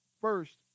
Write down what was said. First